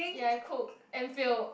ya cook and failed